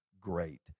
great